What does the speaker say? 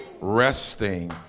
Resting